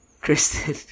Kristen